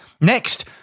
Next